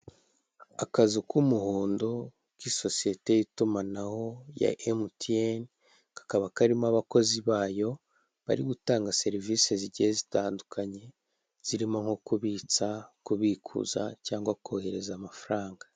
Akazu k'umuhondo k'isosiyete y'itumanaho ya emutiyene kakaba karimo abakozi bayo, bari gutanga serivisi zigiye zitandukanye zirimo nko kubitsa kubikuza cyangwa se kohereza amafaranga.